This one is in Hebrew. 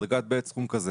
לדרגה ב' סכום כזה,